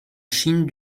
chine